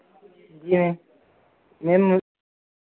ji ma'am ma'am